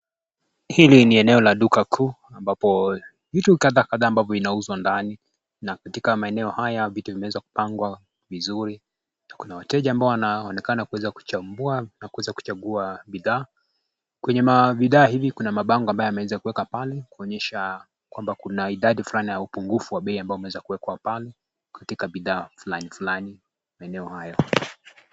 Hili ni eneo la duka kuu ambapo vitu kadhaa kadhaa ambavyo vinauzwa ndani na katika maeneo haya vitu vimeweza kupangwa vizuri na kuna wateja ambao wanaonekana kuweza kuchambua na kuweza kuchagua bidhaa kwenye mavida hivi kuna mabango ambayo yameweza kueka pale kuonyesha kwamba kuna idadi flani ya upungufu wa bei ambao umeweza kuwekwa pale katika bidhaa flani flani maeneo hayo.